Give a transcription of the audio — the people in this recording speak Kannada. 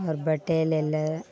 ಅವ್ರ ಬಟ್ಟೆಯಲ್ಲೆಲ್ಲ